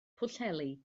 pwllheli